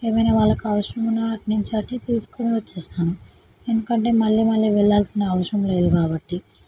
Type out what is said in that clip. ఏమైనా వాళ్ళకి అవసరం ఉన్నా అటు నుంచి అటే తీసుకుని వచ్చేస్తాను ఎందుకంటే మళ్ళీ మళ్ళీ వెళ్ళాల్సిన అవసరం లేదు కాబట్టి